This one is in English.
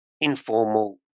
informal